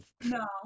No